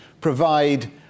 provide